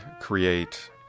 create